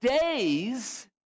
days